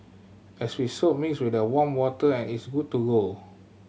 as with soap mix with warm water and it's good to go